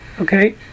Okay